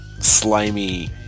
slimy